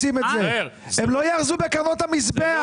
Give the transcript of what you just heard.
הם לא יאחזו בקרנות המזבח.